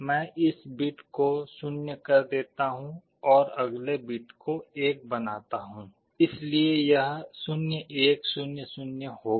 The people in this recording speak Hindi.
मैं इस बिट को 0 कर देता हूं मैं अगले बिट को 1 बनाता हूँ इसलिए यह 0 1 0 0 होगा